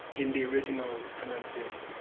in the original pronunciation.